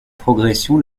progression